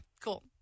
cool